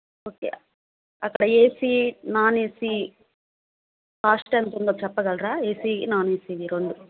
okay అక్కడ AC non AC cost ఎంత ఉందో చెప్పగలరా ఏసీ నాన్ ఏసీ రెండు